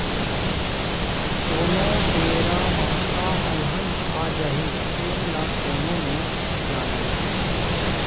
कोन बेरा म का अलहन आ जाही तेन ल कोनो नइ जानय